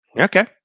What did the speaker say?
Okay